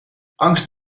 angst